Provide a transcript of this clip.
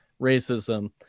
racism